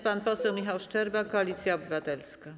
Pan poseł Michał Szczerba, Koalicja Obywatelska.